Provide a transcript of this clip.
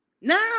Now